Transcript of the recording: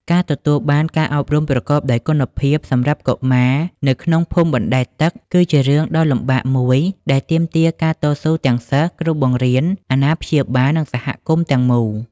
ការទទួលបានការអប់រំប្រកបដោយគុណភាពសម្រាប់កុមារនៅក្នុងភូមិបណ្តែតទឹក គឺជារឿងដ៏លំបាកមួយដែលទាមទារការតស៊ូទាំងសិស្ស គ្រូបង្រៀន អាណាព្យាបាល និងសហគមន៍ទាំងមូល។